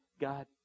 God